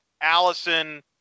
Allison